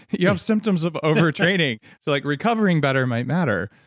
you have symptoms of over training, so like recovering better might matter,